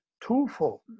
twofold